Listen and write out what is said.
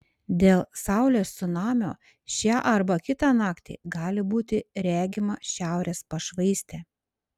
dėl saulės cunamio šią arba kitą naktį gali būti regima šiaurės pašvaistė